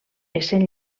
essent